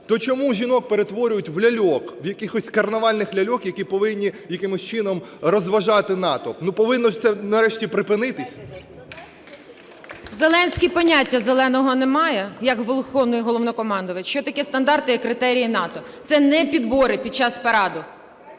То чому жінок перетворюють в ляльок, в якихось карнавальних ляльок, які повинні якимось чином розважати натовп? Ну, повинно ж це нарешті припинитись! ІОНОВА М.М. Зеленський поняття "зеленого" не має, як Верховний Головнокомандувач, що таке стандарти і критерії НАТО. Це не підбори під час параду.